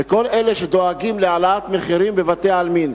כל אלה שדואגים מהעלאת מחירים בבתי-העלמין,